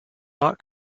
not